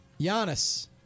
Giannis